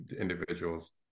Individuals